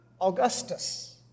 Augustus